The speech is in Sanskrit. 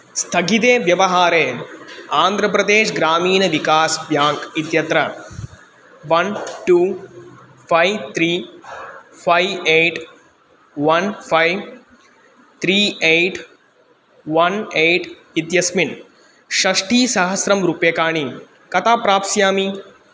स्थगिते व्यवहारे आन्ध्रप्रदेशः ग्रामीण विकास् ब्याङ्क् इत्यत्र one two five three five eight one five three eight one eight इत्यस्मिन् षष्ठीसहस्रं रूप्यकाणि कदा प्राप्स्यामि